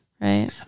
right